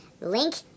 Link